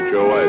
Joe